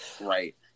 right